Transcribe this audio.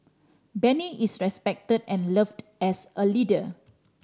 Benny is respected and loved as a leader